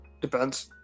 Depends